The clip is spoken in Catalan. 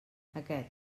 aquest